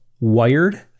Wired